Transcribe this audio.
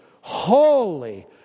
holy